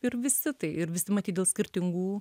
ir visi tai ir visi matyt dėl skirtingų